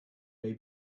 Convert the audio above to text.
may